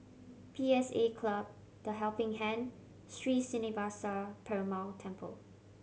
P S A Club The Helping Hand Sri Srinivasa Perumal Temple